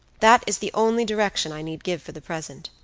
that is the only direction i need give for the present.